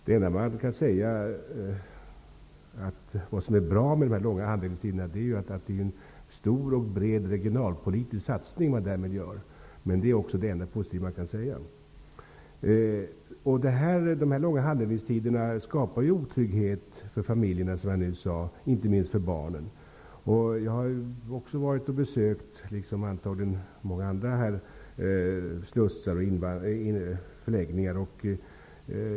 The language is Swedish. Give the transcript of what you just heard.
Det enda som kan sägas vara bra med dessa långa handläggningstider är att man därmed gör en stor och bred regionalpolitisk satsning. Det är det enda positiva man kan säga om det. De långa handläggningstiderna skapar otrygghet för familjerna, som jag nyss sade, inte minst för barnen. Jag, liksom många andra, har besökt slussar och flyktingförläggningar.